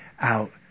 out